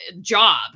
job